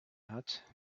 hat